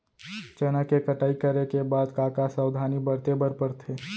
चना के कटाई करे के बाद का का सावधानी बरते बर परथे?